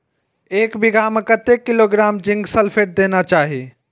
एक बिघा में कतेक किलोग्राम जिंक सल्फेट देना चाही?